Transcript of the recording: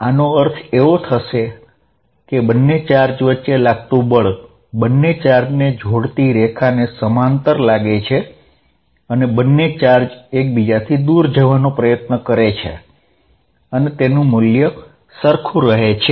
આનો અર્થ એવો થશે કે બન્ને ચાર્જ વચ્ચે લાગતુ બળ બન્ને ચાર્જને જોડતી રેખાને સમાંતર લાગે છે અને બન્ને ચાર્જ એક બીજાથી દુર જવાનો પ્રયત્ન કરે છે અને તેનું મુલ્ય સરખું રહે છે